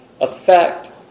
affect